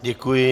Děkuji.